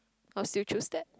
I'll still choose that